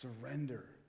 Surrender